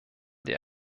der